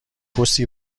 پستی